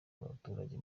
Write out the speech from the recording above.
abaturage